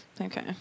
okay